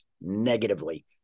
negatively